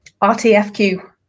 Rtfq